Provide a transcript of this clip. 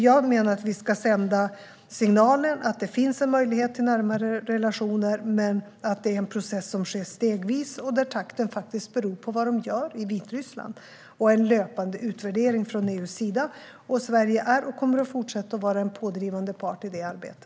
Jag menar att vi ska sända signalen att det finns en möjlighet till närmare relationer men att det är en process som sker stegvis och där takten beror på vad de gör i Vitryssland. Det ska ske en löpande utvärdering från EU:s sida, och Sverige är och kommer att fortsätta att vara en pådrivande part i detta arbete.